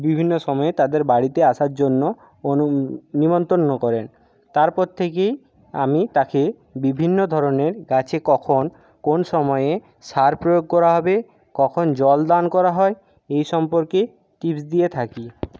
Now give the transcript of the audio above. বিভিন্ন সময় তাদের বাড়িতে আসার জন্য নিমন্তন্ন করেন তারপর থেকেই আমি তাকে বিভিন্ন ধরনের গাছে কখন কোন সময়ে সার প্রয়োগ করা হবে কখন জল দান করা হয় এই সম্পর্কে টিপস দিয়ে থাকি